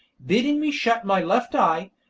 bidding me shut my left eye,